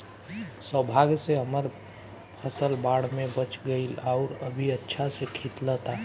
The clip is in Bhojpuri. सौभाग्य से हमर फसल बाढ़ में बच गइल आउर अभी अच्छा से खिलता